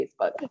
Facebook